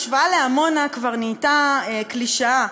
ההשוואה לעמונה כבר נהייתה קלישאה,